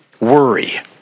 worry